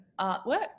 artwork